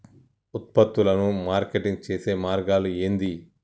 ఉత్పత్తులను మార్కెటింగ్ చేసే మార్గాలు ఏంది?